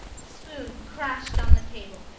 the spoon crashed on the table,